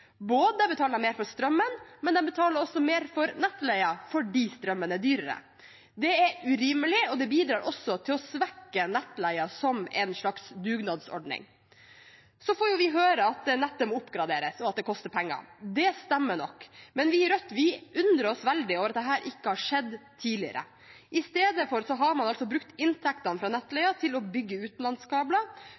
både mer for strømmen og mer for nettleien fordi strømmen er dyrere. Det er urimelig, og det bidrar også til å svekke nettleien som en slags dugnadsordning. Vi får høre at nettet må oppgraderes, og at det koster penger. Det stemmer nok, men vi i Rødt undrer oss veldig over at dette ikke har skjedd tidligere. I stedet har man altså brukt inntektene fra nettleien til å bygge utenlandskabler,